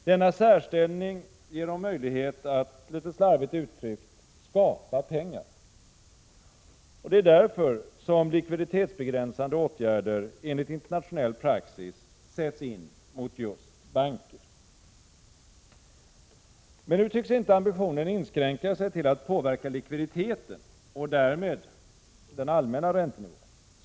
Denna särställning ger dem möjlighet att, litet slarvigt uttryckt, skapa pengar. Det är därför som likviditetsbegränsande åtgärder enligt internationell praxis sätts in mot just banker. Men nu tycks inte ambitionen inskränka sig till att påverka likviditeten och därmed den allmänna räntenivån.